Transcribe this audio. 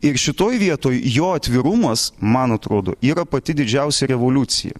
ir šitoj vietoj jo atvirumas man atrodo yra pati didžiausia revoliucija